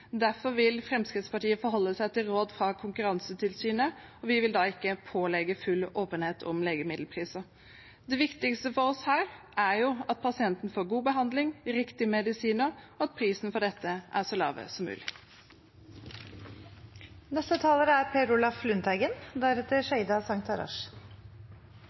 Derfor vil Fremskrittspartiet forholde seg til råd fra Konkurransetilsynet, og vi vil da ikke pålegge full åpenhet om legemiddelpriser. Det viktigste for oss er at pasienten får god behandling og riktige medisiner, og at prisen for dette er så lav som mulig. Åpenhet om legemiddelprisen i det offentlige helsevesen er